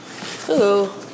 Hello